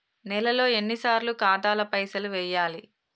నెలలో ఎన్నిసార్లు ఖాతాల పైసలు వెయ్యాలి?